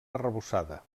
arrebossada